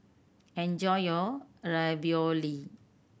enjoy your Ravioli